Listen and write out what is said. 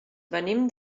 venim